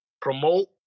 promote